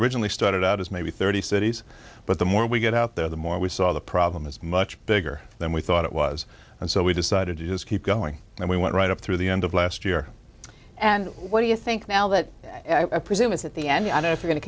originally started out as maybe thirty cities but the more we get out there the more we saw the problem is much bigger than we thought it was and so we decided to just keep going and we went right up through the end of last year and what do you think now that i presume is at the end i